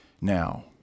now